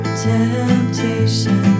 temptation